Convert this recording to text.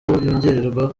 yongerwa